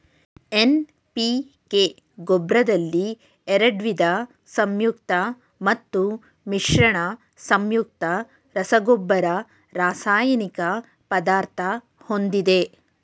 NPK ಗೊಬ್ರದಲ್ಲಿ ಎರಡ್ವಿದ ಸಂಯುಕ್ತ ಮತ್ತು ಮಿಶ್ರಣ ಸಂಯುಕ್ತ ರಸಗೊಬ್ಬರ ರಾಸಾಯನಿಕ ಪದಾರ್ಥ ಹೊಂದಿದೆ